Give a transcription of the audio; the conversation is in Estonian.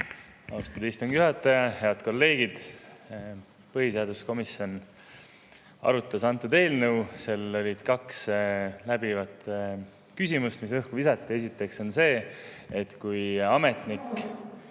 Austatud istungi juhataja! Head kolleegid! Põhiseaduskomisjon arutas antud eelnõu. Seal olid kaks läbivat küsimust, mis õhku visati. Esiteks on see, et kui ametnik,